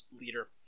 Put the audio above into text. leader